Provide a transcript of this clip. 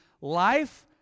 life